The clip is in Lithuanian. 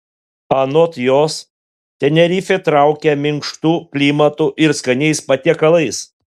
anot jos tenerifė traukia minkštu klimatu ir skaniais patiekalais